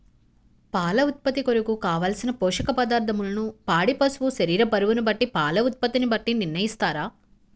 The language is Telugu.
పాల ఉత్పత్తి కొరకు, కావలసిన పోషక పదార్ధములను పాడి పశువు శరీర బరువును బట్టి పాల ఉత్పత్తిని బట్టి నిర్ణయిస్తారా?